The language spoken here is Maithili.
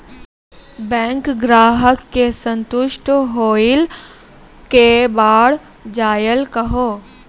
बैंक ग्राहक के संतुष्ट होयिल के बढ़ जायल कहो?